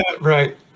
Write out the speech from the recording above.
Right